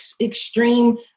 extreme